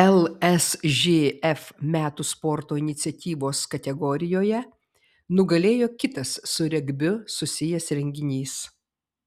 lsžf metų sporto iniciatyvos kategorijoje nugalėjo kitas su regbiu susijęs renginys